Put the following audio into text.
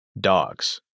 dogs